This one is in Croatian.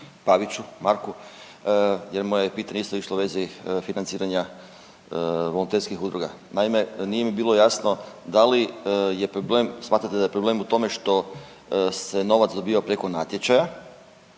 Paviću Marku jer je moje pitanje isto išlo u vezi financiranja volonterskih udruga. Naime, nije mi bilo jasno da li je problem, smatrate li da je problem u tome što se novac dobiva preko natječaja